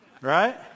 right